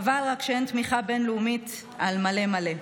רק חבל שאין תמיכה בין-לאומית על מלא מלא.